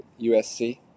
USC